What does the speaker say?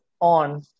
on